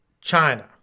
China